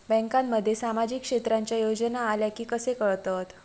बँकांमध्ये सामाजिक क्षेत्रांच्या योजना आल्या की कसे कळतत?